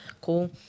cool